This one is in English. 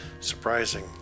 Surprising